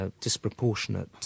disproportionate